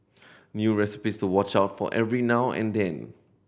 new recipes to watch out for every now and then